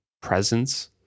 presence